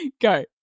go